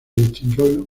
distinguió